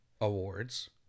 awards